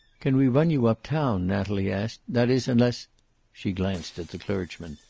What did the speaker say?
can we run you up-town? natalie asked. that is, unless she glanced at the clergyman.